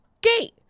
gate